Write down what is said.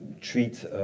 treat